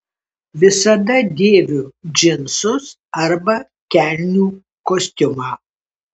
visada dėviu džinsus arba kelnių kostiumą